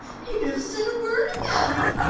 he never said a word about it!